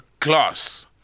class